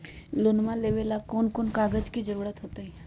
Loan लेवेला कौन कौन कागज के जरूरत होतई?